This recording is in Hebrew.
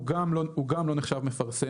הוא גם לא נחשב מפרסם.